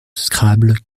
scrabble